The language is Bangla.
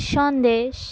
সন্দেশ